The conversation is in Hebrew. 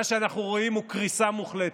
מה שאנחנו רואים הוא קריסה מוחלטת.